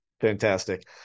Fantastic